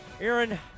Aaron